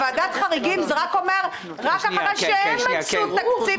ועדת חריגים זה אומר: רק אחרי שהמשרד מצא תקציב,